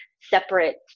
separate